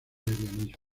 lesbianismo